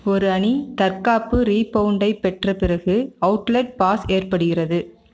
ஒரு அணி தற்காப்பு ரீபவுண்டைப் பெற்ற பிறகு அவுட்லெட் பாஸ் ஏற்படுகிறது